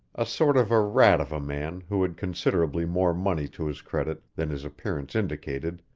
a sort of a rat of a man who had considerably more money to his credit than his appearance indicated,